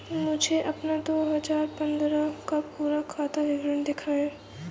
मुझे अपना दो हजार पन्द्रह का पूरा खाता विवरण दिखाएँ?